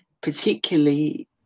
particularly